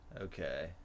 Okay